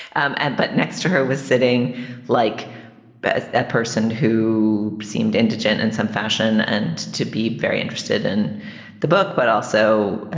um and but next to her was sitting like but that person who seemed indigent in some fashion and to be very interested in the book. but also